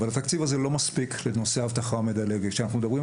אבל התקציב הזה לא מספיק לנושא האבטחה המדלגת.